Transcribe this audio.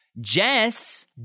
Jess